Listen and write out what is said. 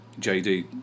JD